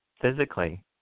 Physically